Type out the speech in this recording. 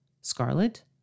scarlet